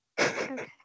Okay